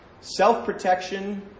self-protection